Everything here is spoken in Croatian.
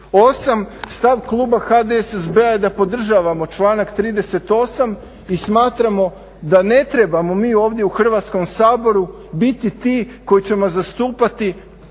38. stav kluba HDSSB-a je da podržavamo članak 38. i smatramo da ne trebamo mi ovdje u Hrvatskom saboru biti ti koji ćemo zastupati